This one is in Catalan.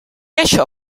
això